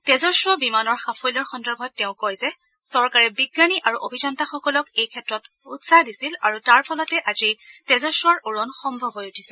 তেজস বিমানৰ সাফল্যৰ সন্দৰ্ভত তেওঁ কয় যে চৰকাৰে বিজ্ঞানী আৰু অভিযন্তাসকলক এই ক্ষেত্ৰত উৎসাহ দিছিল আৰু তাৰ ফলতে আজি তেজসৰ উৰণ সম্ভৱ হৈ উঠিছে